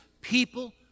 People